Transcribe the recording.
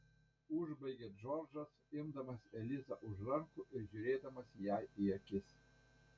užbaigė džordžas imdamas elizą už rankų ir žiūrėdamas jai į akis